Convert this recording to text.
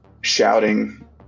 shouting